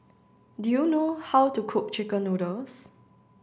do you know how to cook Chicken Noodles